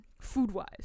Food-wise